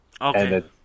Okay